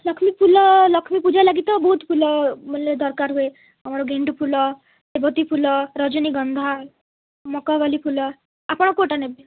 ଲକ୍ଷ୍ମୀ ଫୁଲ ଲକ୍ଷ୍ମୀ ପୂଜା ଲାଗି ତ ବହୁତ ଫୁଲ ବୋଲେ ଦରକାର ହୁଏ ଆମର ଗେଣ୍ଡୁ ଫୁଲ ସେବତୀ ଫୁଲ ରଜନୀଗନ୍ଧା ମକାବାଲି ଫୁଲ ଆପଣ କେଉଁଟା ନେବେ